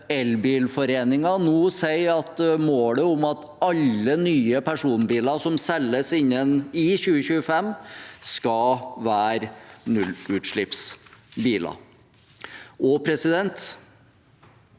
Elbilforeningen nå sier at alle nye personbiler som selges innen 2025, skal være nullutslippsbiler. Det